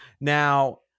Now